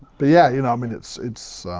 but yeah, you know i mean, it's it's